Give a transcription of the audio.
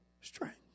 strength